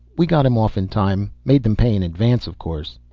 we got him off in time. made them pay in advance of course.